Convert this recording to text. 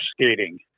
skating